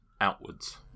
outwards